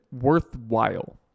worthwhile